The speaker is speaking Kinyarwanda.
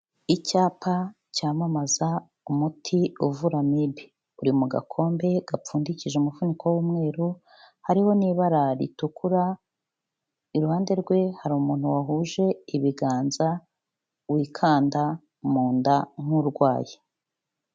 Icyapa cyamamaza umuti uvura amibe, uri mu gakombe gapfundikije umufuniko w'umweru, hariho n'ibara ritukura, iruhande rwe hari umuntu wahuje ibiganza, wikanda mu nda nk'urwaye.